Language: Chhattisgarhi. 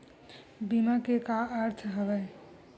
बीमा के का अर्थ हवय?